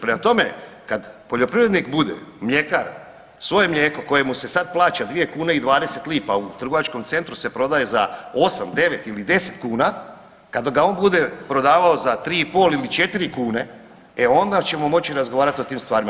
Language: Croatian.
Prema tome, kad poljoprivrednik bude, mljekar svoje mlijeko koje mu se sad plaća 2 kune i 20 lipa, a u trgovačkom centru se prodaje za 8,9 ili 10 kuna kada ga on bude prodavao za 3,5 ili 4 kune e onda ćemo moći razgovarati o tim stvarima.